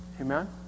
Amen